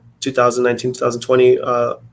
2019-2020